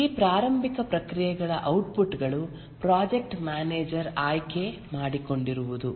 ಈ ಪ್ರಾರಂಭಿಕ ಪ್ರಕ್ರಿಯೆಗಳ ಔಟ್ಪುಟ್ ಗಳು ಪ್ರಾಜೆಕ್ಟ್ ಮ್ಯಾನೇಜರ್ ಆಯ್ಕೆ ಮಾಡಿಕೊಂಡಿರುವುದು